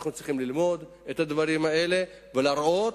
אנחנו צריכים ללמוד את הדברים האלה ולהראות